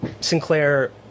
Sinclair